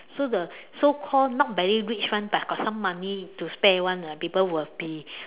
so the so called not very rich [one] but got some money to spare [one] ah people will be